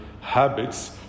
habits